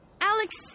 Alex